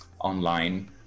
online